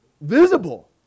visible